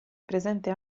presente